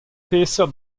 peseurt